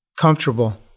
comfortable